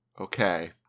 Okay